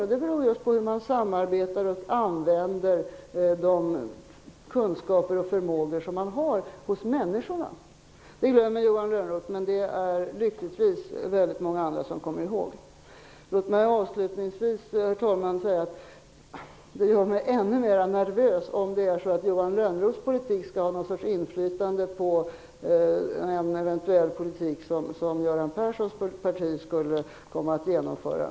Detta beror ju på hur samarbetet fungerar och hur människors kunskaper och förmåga används. Detta glömmer Johan Lönnroth, men lyckligtvis är det väldigt många andra som kommer ihåg det. Herr talman! Låt mig avslutningsvis få säga att det gör mig ännu mer nervös, om Johan Lönnroths politik skall ha någon sorts inflytande över en politik som Göran Perssons parti eventuellt skulle komma att genomföra.